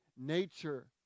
nature